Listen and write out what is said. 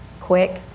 Quick